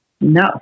No